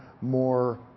more